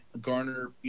garner